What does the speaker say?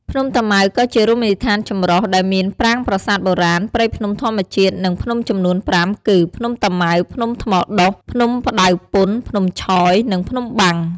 ភ្នំតាម៉ៅក៏ជារមណីយដ្ឋានចម្រុះ ដែលមានប្រាង្គប្រាសាទបុរាណ ព្រៃភ្នំធម្មជាតិ និងភ្នំចំនួន ៥ គឺ ភ្នំតាម៉ៅ ភ្នំថ្មដុះ ភ្នំផ្តៅពន្ធ ភ្នំឆយ និងភ្នំបាំង។